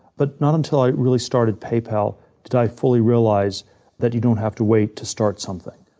but not until i really started pay pal did i fully realize that you don't have to wait to start something.